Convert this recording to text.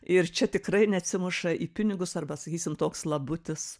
ir čia tikrai neatsimuša į pinigus arba sakysim toks labutis